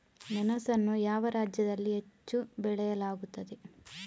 ಮೆಣಸನ್ನು ಯಾವ ರಾಜ್ಯದಲ್ಲಿ ಹೆಚ್ಚು ಬೆಳೆಯಲಾಗುತ್ತದೆ?